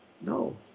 No